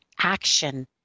action